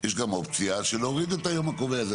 יש גם אופציה של להוריד את היום הקובע הזה,